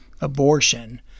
abortion